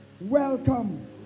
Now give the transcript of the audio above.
welcome